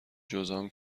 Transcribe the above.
جذام